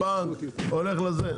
הולך למנהל בנק, הולך לזה.